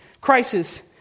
Crisis